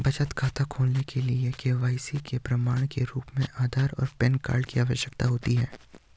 बचत खाता खोलने के लिए के.वाई.सी के प्रमाण के रूप में आधार और पैन कार्ड की आवश्यकता होती है